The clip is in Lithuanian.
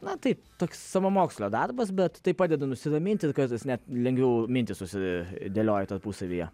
na taip toks savamokslio darbas bet tai padeda nusiraminti ir kartais net lengviau mintys susidėlioja tarpusavyje